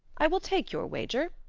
i will take your wager,